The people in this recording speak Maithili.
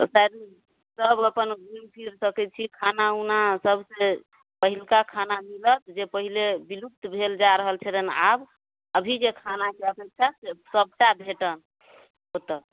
तऽ सब अपन घुमि फिरि सकै छी खाना उना सबसे पहिलुका खाना मिलत जे पहिले विलुप्त भेल जा रहल छलै आब अभी जे खानाके अपेक्षा से सबटा भेटल ओतऽ